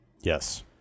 Yes